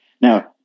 Now